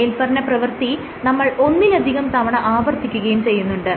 മേല്പറഞ്ഞ പ്രവൃത്തി നമ്മൾ ഒന്നിലധികം തവണ ആവർത്തിക്കുകയും ചെയ്യുന്നുണ്ട്